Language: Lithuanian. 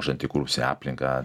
už antikorupcinę aplinką